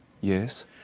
Yes